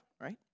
right